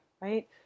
right